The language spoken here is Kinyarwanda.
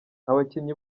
abakinnyi